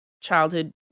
childhood